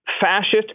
fascist